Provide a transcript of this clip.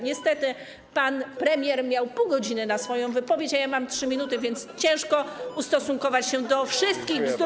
Niestety pan premier miał pół godziny na swoją wypowiedź, a ja mam 3 minuty, więc ciężko ustosunkować się do wszystkich bzdur, które.